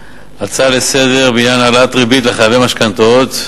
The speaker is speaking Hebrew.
הצעה לסדר-היום בעניין העלאת הריבית לחייבי משכנתאות.